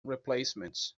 replacements